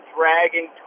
dragging